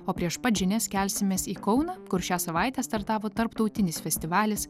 o prieš pat žinias kelsimės į kauną kur šią savaitę startavo tarptautinis festivalis